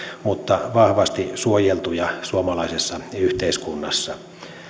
mutta vahvasti suojeltuja suomalaisessa yhteiskunnassa